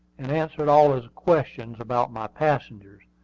and answered all his questions about my passengers.